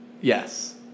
Yes